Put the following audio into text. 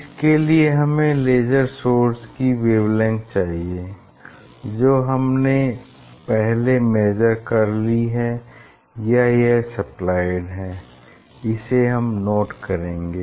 इसके लिए हमें लेज़र सोर्स की वेवलेंग्थ चाहिए जो हमने पहले मेजर कर ली है या यह सप्लाएड है इसे हम नोट करेंगे